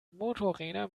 motorräder